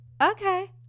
okay